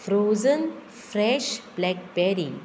frozen fresh blackberry